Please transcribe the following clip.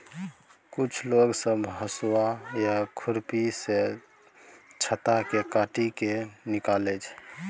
कुछ लोग सब हसुआ आ खुरपी सँ छत्ता केँ काटि केँ निकालै छै